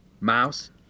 Mouse